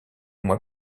mois